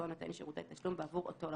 נותן שירותי תשלום בעבור אותו לקוח,